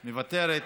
מוותרת.